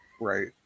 Right